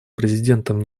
президентом